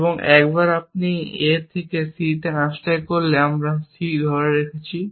এবং একবার আপনি A থেকে C আনস্ট্যাক করলে আমরা C ধরে রাখছি